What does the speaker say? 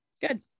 Good